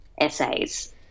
essays